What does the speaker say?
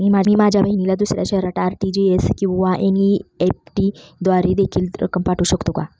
मी माझ्या बहिणीला दुसऱ्या शहरात आर.टी.जी.एस किंवा एन.इ.एफ.टी द्वारे देखील रक्कम पाठवू शकतो का?